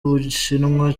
bushinwa